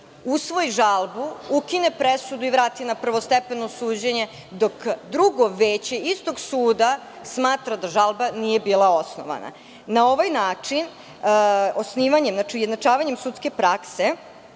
usvoji žalbu, ukine presudu i vrati na prvostepeno suđenje, dok drugo veće istog suda, smatra da žalba nije bila osnovana. Na ovaj način, osnivanjem, znači ujednačavanjem sudske prakse,